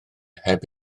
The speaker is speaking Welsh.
heb